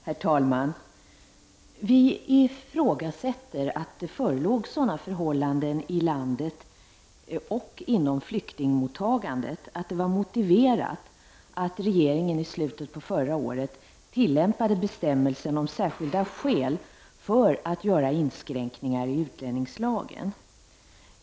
Herr talman! Vi ifrågasätter att det förelåg sådana förhållanden i landet och inom flyktingmottagandet att det var motiverat att regeringen i slutet av förra året tillämpade bestämmelsen om särskilda skäl för att göra inskränkningar i utlänningslagen.